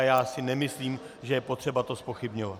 Já si nemyslím, že je potřeba to zpochybňovat.